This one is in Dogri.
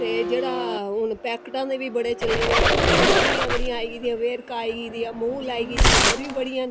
ते जेह्ड़ा हून पैकेट आह्ले बी बड़े चले दे न कंपनियां बड़ियां आई गेदियां न वेरका आई गेदी ऐ अमूल आई गेदी ऐ ते कंपनियां बड़ियां न